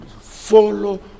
follow